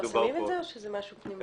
אתם מפרסמים את זה, או שזה משהו פנימי?